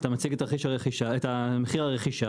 אתה מציג את מחיר הרכישה,